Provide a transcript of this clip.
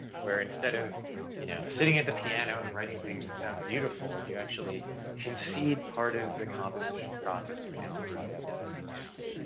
where instead of you know sitting at the piano and writing things that sound beautiful, you actually can see part of the compositional process doing algorithmic piece of math.